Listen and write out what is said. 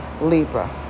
Libra